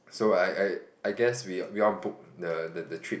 so I I I guess we we all book the the trip